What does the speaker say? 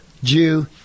Jew